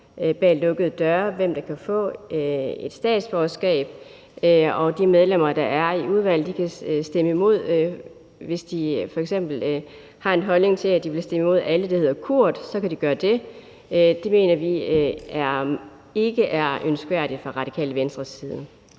bag lukkede døre stemmer for, hvem der kan få et statsborgerskab, og at medlemmerne i udvalget, hvis de f.eks. har en holdning til, at de vil stemme mod alle, der hedder Kurt, så kan stemme imod det. Det mener vi ikke er ønskværdigt fra Radikale Venstres side.